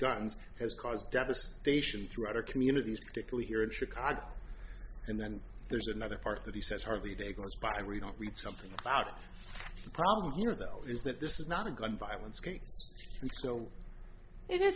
guns has caused devastation throughout our communities particularly here in chicago and then there's another part that he says hardly a day goes by where you don't leave something out the problem here though is that this is not a gun violence case so it is